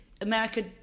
America